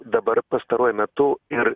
dabar pastaruoju metu ir